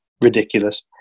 ridiculous